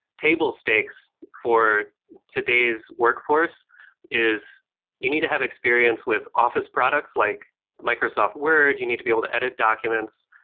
table stakes for today's workforce is you need to have experience with office products, like microsoft word, you need to be able to edit documents,